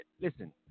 listen